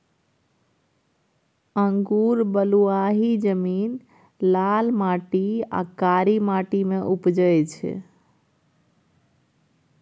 अंगुर बलुआही जमीन, लाल माटि आ कारी माटि मे उपजै छै